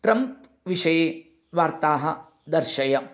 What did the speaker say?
Trump विषये वार्ताः दर्शय